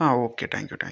ആ okay thank you thank you